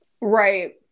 Right